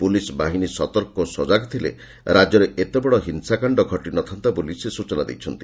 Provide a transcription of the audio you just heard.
police ବାହିନୀ ସତର୍କ ଓ ସଜାଗ ଥିଲେ ରାଜ୍ୟରେ ଏତେବଡ଼ ହିଂସାକାଣ୍ଡ ଘଟିନଥାନ୍ତା ବୋଲି ସେ ସୂଚନା ଦେଇଛନ୍ତି